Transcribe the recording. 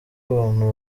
abantu